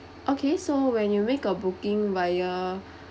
okay so when you make a booking via